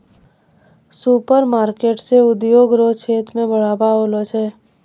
supermarket से उद्योग रो क्षेत्र मे बढ़ाबा होलो छै